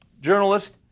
journalist